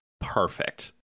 perfect